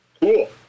cool